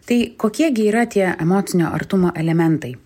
tai kokie gi yra tie emocinio artumo elementai